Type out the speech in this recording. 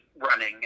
running